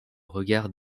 regard